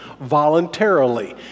voluntarily